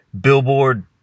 Billboard